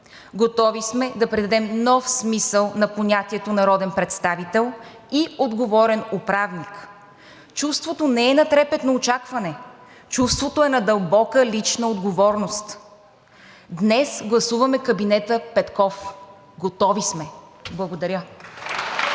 Готови сме да придадем нов смисъл на понятията „народен представител“ и „отговорен управник“. Чувството не е на трепетно очакване, чувството е на дълбока лична отговорност. Днес гласуваме кабинета Петков. Готови сме. Благодаря.